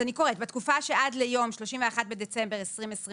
אז אני קוראת בתקופה שעד ליום 31 בדצמבר 2027